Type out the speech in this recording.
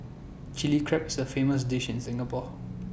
Chilli Crab is A famous dish in Singapore